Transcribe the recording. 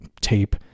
tape